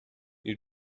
you